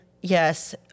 yes